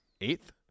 Eighth